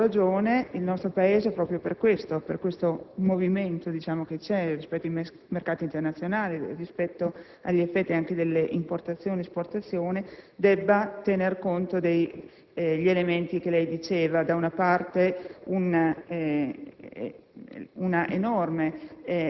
Credo che a maggior ragione il nostro Paese, proprio per questo movimento che c'è rispetto ai mercati internazionali, agli effetti anche delle importazioni e delle esportazioni, debba tenere conto degli elementi che lei diceva. Da una parte, un